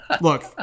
Look